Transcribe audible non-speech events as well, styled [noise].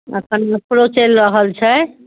एखन [unintelligible] चलि रहल छै